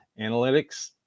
analytics